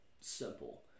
simple